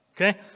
okay